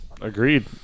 agreed